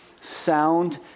sound